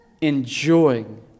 Enjoying